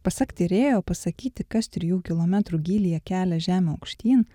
pasak tyrėjo pasakyti kas trijų kilometrų gylyje kelia žemę aukštyn